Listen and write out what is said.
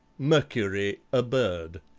mercury a bird.